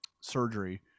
surgery